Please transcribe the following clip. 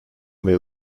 will